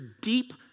deep